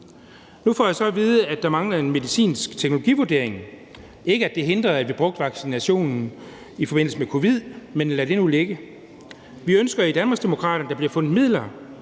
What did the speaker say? Nu får jeg så at vide, at der manglede en medicinsk teknologivurdering, og det var ikke, fordi det hindrede, at vi brugte vaccinationen i forbindelse med covid-19, men lad det nu ligge. Vi ønsker i Danmarksdemokraterne, at der bliver fundet midler